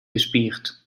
gespierd